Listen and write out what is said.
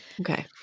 Okay